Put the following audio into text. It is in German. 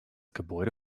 gebäude